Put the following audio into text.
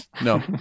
no